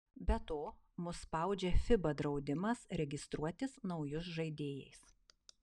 be to mus spaudžia fiba draudimas registruotis naujus žaidėjais